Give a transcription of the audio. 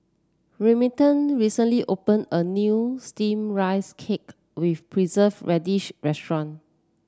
Remington recently opened a new steamed Rice Cake with Preserved Radish restaurant